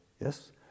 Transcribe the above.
yes